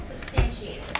Substantiated